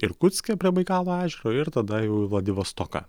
irkutske prie baikalo ežero ir tada jau į vladivostoką